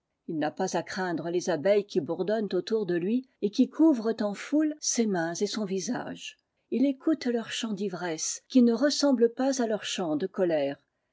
il n'a pas à craindre les abeilles qui bouidonnnent autour de lui et qui couvrent en foule ses mains et son visage il écoute leur chant d'ivresse qui ne ressemble pas à leur chant de colère